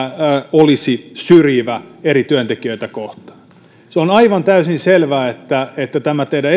olisi syrjivä eri työntekijöitä kohtaan se on aivan täysin selvää että että tämä teidän